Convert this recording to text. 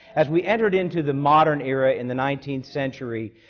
as we entered into the modern era in the nineteenth century,